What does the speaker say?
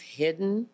hidden